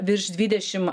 virš dvidešim